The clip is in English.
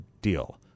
Deal